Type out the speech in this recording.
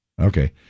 Okay